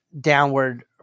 downward